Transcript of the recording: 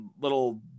little